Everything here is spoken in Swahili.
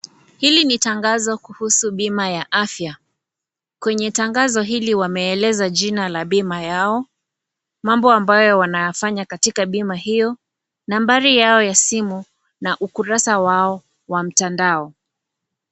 Hili ni tangazo kuhusu bima ya afya ,kwenye tangazo hili wameeleza jina la bima yao ,mambo ambayo wanayafanya katika bima hiyo, nambari yao ya sumu naukurasa wao wa mtandao.